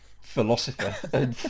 philosopher